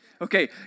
Okay